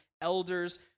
elders